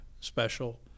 special